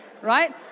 right